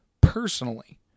personally